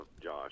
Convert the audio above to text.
Josh